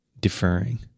deferring